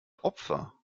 opfer